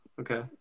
okay